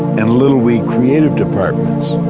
and little, wee creative departments.